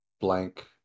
blank